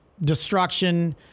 destruction